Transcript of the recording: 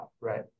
right